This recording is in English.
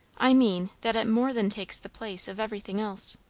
i mean, that it more than takes the place of everything else.